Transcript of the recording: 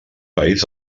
país